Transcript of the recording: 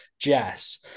Jess